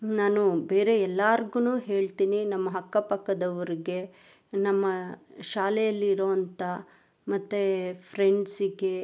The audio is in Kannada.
ನಾನು ಬೇರೆ ಎಲ್ಲರ್ಗೂ ಹೇಳ್ತೀನಿ ನಮ್ಮ ಅಕ್ಕ ಪಕ್ಕದವರಿಗೆ ನಮ್ಮ ಶಾಲೆಯಲ್ಲಿ ಇರುವಂಥ ಮತ್ತೆ ಫ್ರೆಂಡ್ಸಿಗೆ